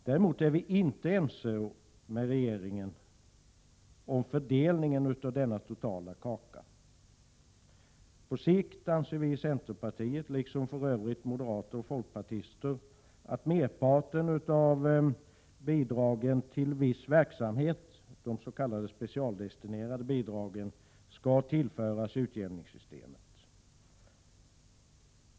Däremot är vi inte ense med regeringen om fördelningen av denna totala kaka. Vi i centerpartiet, liksom för övrigt moderater och folkpartister, anser att merparten av bidragen till viss verksamhet, de s.k. specialdestinerade bidragen, på sikt skall tillföras utjämningssystemet.